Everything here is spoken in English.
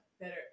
better